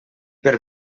per